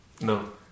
No